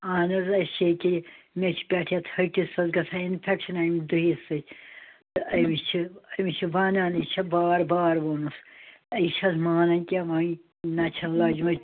اہن حظ أسۍ چھِ ییٚکہِ یہِ مےٚ چھِ پٮ۪ٹھہٕ یتھ ہَٹِس حظ گَژھان اِنفیٚکشَن اَمہِ دٕہِ سۭتۍ تہٕ أمس چھِ أمس چھِ ونان یہِ چھِ بار بار ووٚنُس یہِ چھا حظ مانان کیٚنٛہہ وۄنۍ نَہ چھَنہٕ لٲجمٕژ